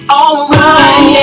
alright